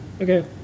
Okay